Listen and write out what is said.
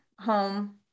home